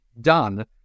done